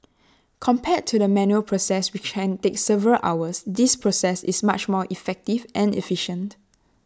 compared to the manual process which can take several hours this process is much more effective and efficient